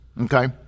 okay